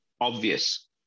obvious